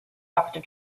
doctor